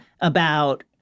about-